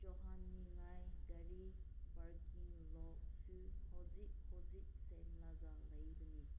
ꯆꯠꯍꯟꯅꯤꯡꯉꯥꯏ ꯒꯥꯔꯤ ꯄꯥꯔꯀꯤꯡ ꯂꯣꯐꯨ ꯍꯧꯖꯤꯛ ꯍꯧꯖꯤꯛ ꯁꯦꯝꯂꯒ ꯂꯩꯕꯅꯤ